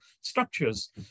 structures